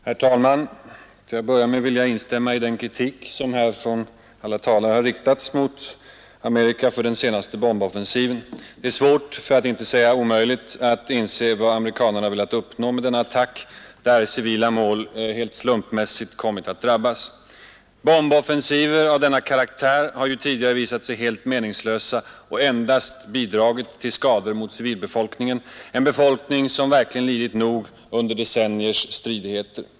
Herr talman! Till att börja med vill jag instämma i den kritik som alla talare här har riktat mot Amerika för den senaste bomboffensiven. Det är svårt — för att inte säga omöjligt — att inse vad amerikanerna velat uppnå med denna attack, där civila mål helt slumpmässigt har kommit att drabbas. Bomboffensiver att denna karaktär har ju tidigare visat sig vara helt meningslösa och har endast bidragit till skador mot civilbefolkningen, en befolkning som verkligen har lidit nog under decenniers stridigheter.